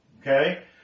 okay